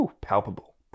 palpable